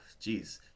Jeez